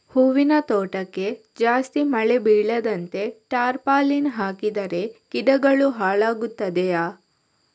ಹೂವಿನ ತೋಟಕ್ಕೆ ಜಾಸ್ತಿ ಮಳೆ ಬೀಳದಂತೆ ಟಾರ್ಪಾಲಿನ್ ಹಾಕಿದರೆ ಗಿಡಗಳು ಹಾಳಾಗುತ್ತದೆಯಾ?